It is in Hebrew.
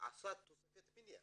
עשו תוספת בנייה